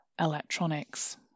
electronics